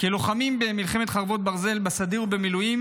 כלוחמים במלחמת חרבות ברזל בסדיר ובמילואים,